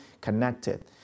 connected